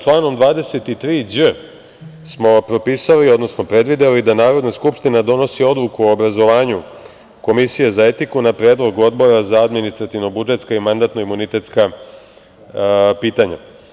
Članom 23đ smo propisali, odnosno predvideli da Narodna skupština donosi odluku o obrazovanju komisije za etiku na predlog Odbora za administrativno-budžetska i mandatno-imunitetska pitanja.